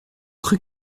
cru